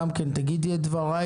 גם כן תגידי את דברייך,